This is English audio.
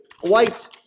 White